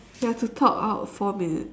we have to talk out four minutes